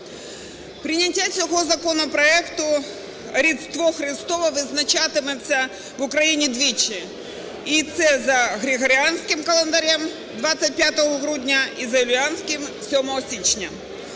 Прийняття цього законопроекту, Різдво Христове відзначатиметься в Україні двічі: це за григоріанським календарем – 25 грудня, і за юліанським – 7 січня.